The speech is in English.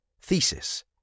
Thesis –